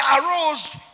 arose